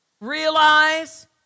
realize